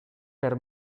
per